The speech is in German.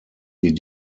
die